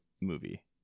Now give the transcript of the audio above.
movie